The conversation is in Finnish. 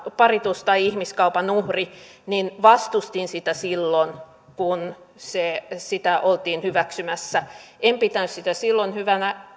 paritus tai ihmiskaupan uhri niin vastustin sitä silloin kun sitä oltiin hyväksymässä en pitänyt sitä silloin hyvänä